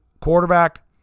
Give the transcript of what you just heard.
quarterback